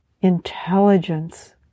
intelligence